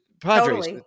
Padres